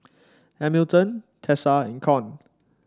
Hamilton Tessa and Con